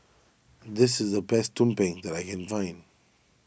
this is the best Tumpeng that I can find